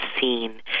seen